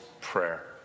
Prayer